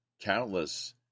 countless